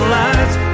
lights